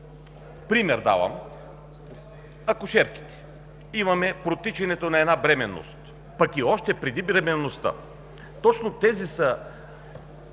пример с акушерките. Имаме протичане на една бременност, пък и още преди бременността, точно те са